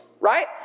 Right